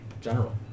general